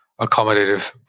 accommodative